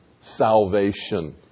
salvation